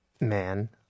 man